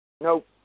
Nope